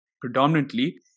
predominantly